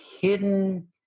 hidden